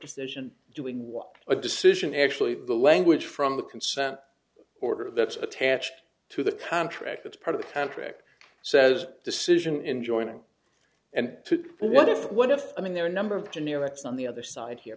decision doing what a decision actually the language from the consent order that's attached to the contract that's part of the contract says decision in joining and what if what if i mean there are number of generics on the other side here